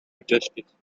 justice